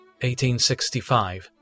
1865